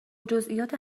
جزییات